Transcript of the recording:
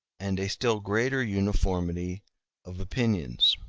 and a still greater uniformity of opinions.